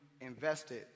invested